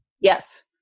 Yes